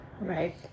Right